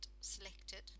selected